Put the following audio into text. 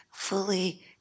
Fully